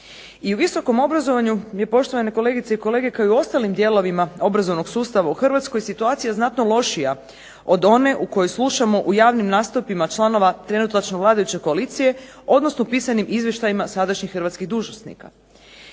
I u visokom obrazovanju bi, poštovane kolegice i kolege, kao i u ostalim dijelovima obrazovnog sustava u Hrvatskoj situacija znatno lošija od one o kojoj slušamo u javnim nastupima članova, trenutačno vladajuće koalicije, odnosno pisanim izvještajima sadašnjih hrvatskih dužnosnika.